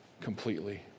completely